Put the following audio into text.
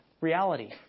reality